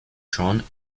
drone